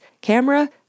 Camera